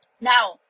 now